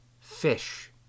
fish